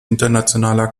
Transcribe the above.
internationaler